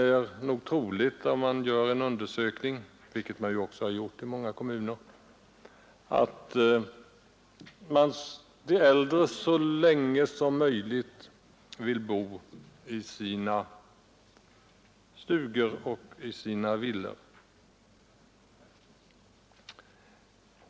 Om man gör en undersökning, vilket man ju också har gjort i många kommuner, finner man troligen att de äldre så länge som möjligt vill bo i sina stugor och villor.